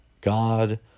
God